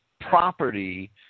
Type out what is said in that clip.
property